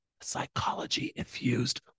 Psychology-infused